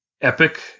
epic